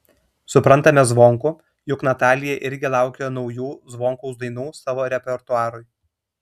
suprantame zvonkų juk natalija irgi laukia naujų zvonkaus dainų savo repertuarui